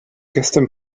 gestern